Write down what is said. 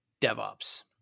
DevOps